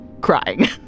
Crying